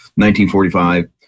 1945